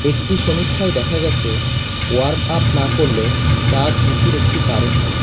একটি সমীক্ষায় দেখা গেছে ওয়ার্ম আপ না করলে তা ঝুঁকির একটি কারণ হয়